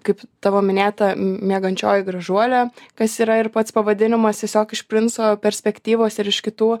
kaip tavo minėta miegančioji gražuolė kas yra ir pats pavadinimas tiesiog iš princo perspektyvos ir iš kitų